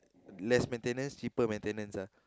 less maintenance cheaper maintenance ah